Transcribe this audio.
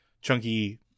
chunky